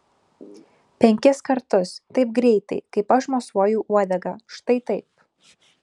penkis kartus taip greitai kaip aš mosuoju uodega štai taip